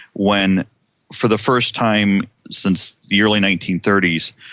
when for the first time since the early nineteen thirty s,